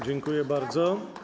Dziękuję bardzo.